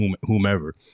whomever